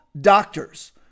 doctors